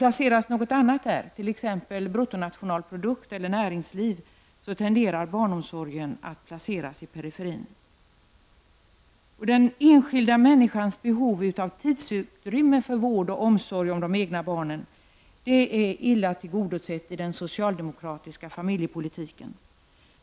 Placeras något annat där, t.ex. bruttonationalprodukt eller näringsliv, tenderar barnomsorgen att hamna i periferin. Den enskilda människans behov av tidsutrymme för vård av och omsorg om de egna barnen är illa tillgodosett i den socialdemokratiska familjepolitiken.